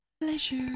pleasure